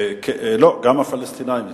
לא, גם הפלסטינים הצביעו.